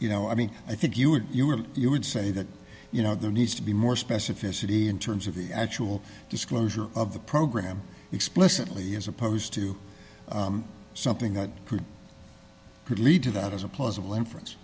you know i mean i think you would you were you would say that you know there needs to be more specificity in terms of the actual disclosure of the program explicitly as opposed to something that could lead to that as a plausible inference